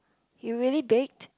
you really baked